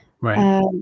Right